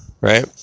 right